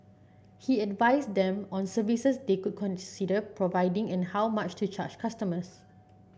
he advised them on services they could consider providing and how much to charge customers